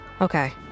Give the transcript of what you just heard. Okay